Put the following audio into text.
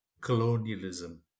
colonialism